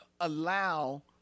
allow